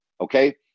okay